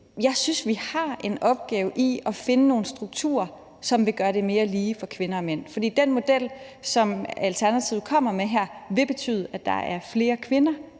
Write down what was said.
jeg synes, vi har en opgave i at finde nogle strukturer, som vil gøre det mere lige for kvinder og mænd. For den model, som Alternativet kommer med her, vil betyde, at der er flere kvinder,